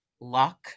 luck